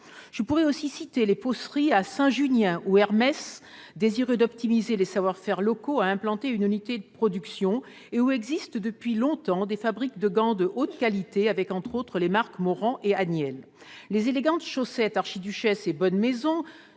Je pourrais aussi citer les peausseries à Saint-Junien, où Hermès, désireux d'optimiser les savoir-faire locaux, a implanté une unité de production et où existent, depuis longtemps, des fabriques de gants de haute qualité- je pense, entre autres marques, à Morand et Agnelle. Les élégantes chaussettes Archiduchesse et Bonne Maison,